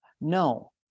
no